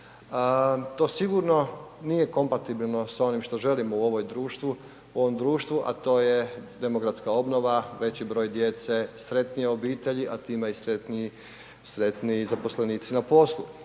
To sigurno nije kompatibilno sa onim što želimo u ovom društvu, a to je demografska obnova, veći broj djece, sretnije obitelji a time i sretniji zaposlenici na poslu.